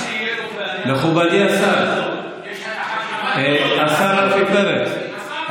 שתהיה לו בעיה, מכובדי השר, השר רפי פרץ,